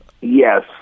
Yes